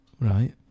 right